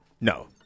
No